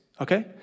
Okay